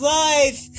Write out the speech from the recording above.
life